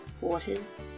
waters